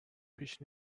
بیش